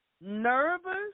nervous